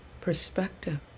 perspective